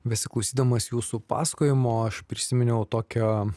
besiklausydamas jūsų pasakojimo aš prisiminiau tokią